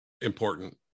important